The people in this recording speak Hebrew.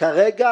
כרגע